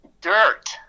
dirt